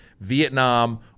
Vietnam